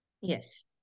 Yes